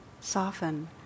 soften